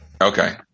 Okay